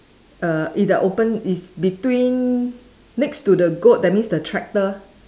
err in the open it's between next to the goat that means the tractor